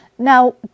Now